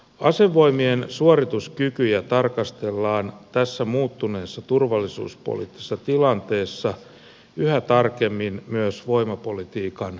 asevoimien suorituskykyä tarkastellaan tässä muuttuneessa turvallisuuspoliittisessa tilanteessa yhä tarkemmin myös voimapolitiikan näkökulmasta